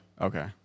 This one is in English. Okay